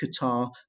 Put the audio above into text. Qatar